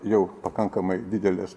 jau pakankamai didelės